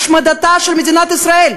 השמדתה של מדינת ישראל.